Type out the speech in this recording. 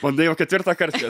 bandai jau ketvirtąkart čia